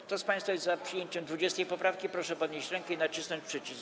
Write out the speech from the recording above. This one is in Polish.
Kto z państwa jest za przyjęciem 20. poprawki, proszę podnieść rękę i nacisnąć przycisk.